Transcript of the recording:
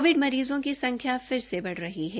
Covid मरीजों की संख्या फिर से बढ़ रही है